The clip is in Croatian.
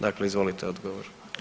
Dakle, izvolite odgovor.